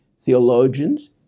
Theologians